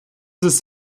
ist